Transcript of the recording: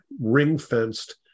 ring-fenced